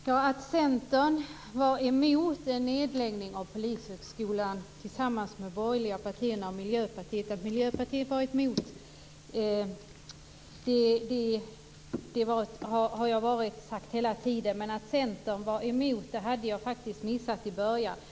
Fru talman! Centern var emot en nedläggning av Polishögskolan tillsammans med de övriga borgerliga partierna och Miljöpartiet. Att Miljöpartiet var emot har jag sagt hela tiden. Att Centern var emot missade jag faktiskt i början.